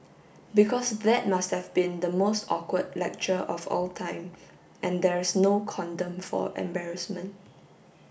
because that must have been the most awkward lecture of all time and there's no condom for embarrassment